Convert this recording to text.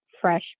fresh